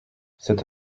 cet